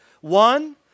One